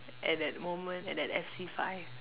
at that moment at that F_C five